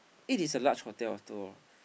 it is a large hotel also